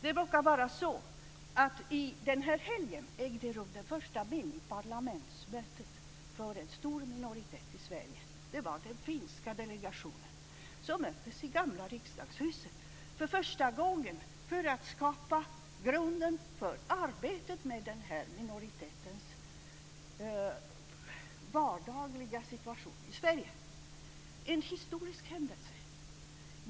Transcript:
Det råkar vara så att i helgen som var ägde det första miniparlamentsmötet rum för en stor minoritet i Sverige. Den finska delegationen möttes nämligen för första gången i riksdagshuset för att skapa en grund för arbetet med den här minoritetens vardagliga situation i Sverige. Detta är en historisk händelse.